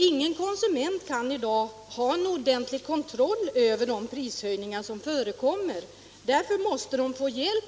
Ingen konsument kan i dag ha någon ordentlig kontroll över de prishöjningar som förekommer. Därför måste de få hjälp